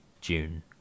June